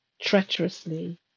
treacherously